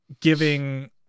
giving